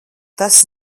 tas